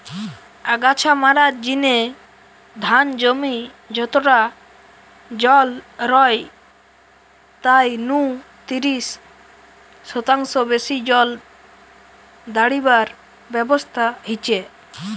আগাছা মারার জিনে ধান জমি যতটা জল রয় তাই নু তিরিশ শতাংশ বেশি জল দাড়িবার ব্যবস্থা হিচে